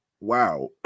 Wow